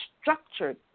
structured